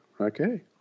Okay